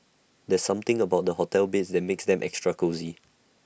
there's something about the hotel beds that makes them extra cosy